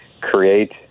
create